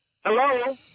Hello